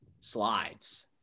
slides